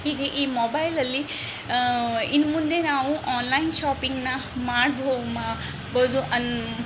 ಹೀಗೆ ಈ ಮೊಬೈಲಲ್ಲಿ ಇನ್ನು ಮುಂದೆ ನಾವು ಆನ್ಲೈನ್ ಶಾಪಿಂಗ್ನ ಮಾಡ್ಬೊ ಮಾಬೋದು ಅನ್